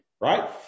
right